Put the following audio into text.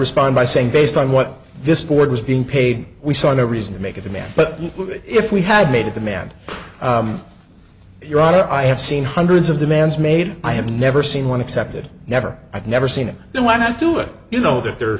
respond by saying bay on what this board was being paid we saw no reason to make a demand but if we had made a demand your honor i have seen hundreds of demands made i have never seen one accepted never i've never seen it so why not do it you know that the